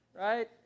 right